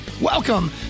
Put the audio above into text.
Welcome